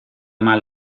mal